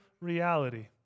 reality